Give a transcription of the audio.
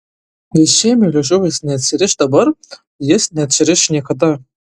jei šėmio liežuvis neatsiriš dabar jis neatsiriš niekada